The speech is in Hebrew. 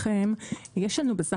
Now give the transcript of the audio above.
ברשותכם אם אוכל להוסיף יש לנו בסך